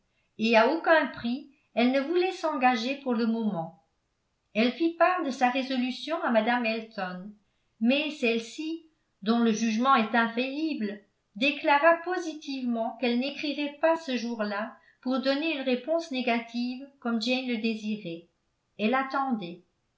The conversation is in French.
et à aucun prix elle ne voulait s'engager pour le moment elle fit part de sa résolution à mme elton mais celle-ci dont le jugement est infaillible déclara positivement qu'elle n'écrirait pas ce jour-là pour donner une réponse négative comme jane le désirait elle attendait